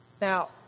Now